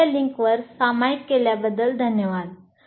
com वर सामायिक केल्याबद्दल धन्यवाद